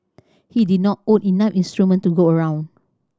he did not own enough instruments to go around